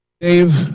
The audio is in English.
Dave